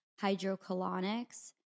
hydrocolonics